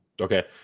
Okay